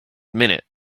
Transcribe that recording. minute